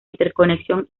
interconexión